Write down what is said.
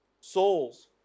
souls